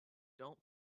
don’t